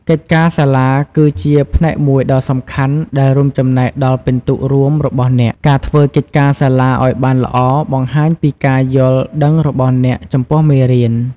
កិច្ចការសាលា គឺជាផ្នែកមួយដ៏សំខាន់ដែលរួមចំណែកដល់ពិន្ទុរួមរបស់អ្នក។ ការធ្វើកិច្ចការសាលាឱ្យបានល្អបង្ហាញពីការយល់ដឹងរបស់អ្នកចំពោះមេរៀន។